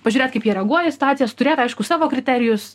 pažiūrėt kaip jie reaguoja į situacijas turėt aišku savo kriterijus